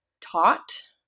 taught